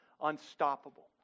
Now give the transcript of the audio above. unstoppable